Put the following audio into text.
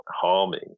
harming